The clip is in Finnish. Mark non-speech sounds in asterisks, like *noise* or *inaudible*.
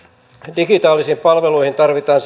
digitaalisiin palveluihin tarvitaan *unintelligible*